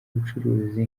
ubucuruzi